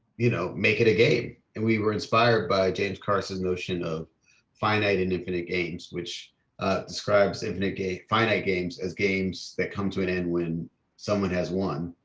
you know, make it a game and we were inspired by james carson's notion of finite and infinite games which describes even negate finite games as games that come to an end when someone has won,